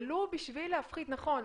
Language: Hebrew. ולו בשביל להפחית נכון,